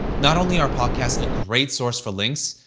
not only are podcasts a great source for links,